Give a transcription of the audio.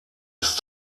ist